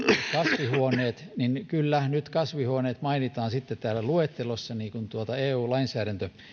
kasvihuoneet niin kyllä nyt kasvihuoneet mainitaan sitten täällä luettelossa niin kuin eu lainsäädäntö